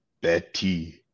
Betty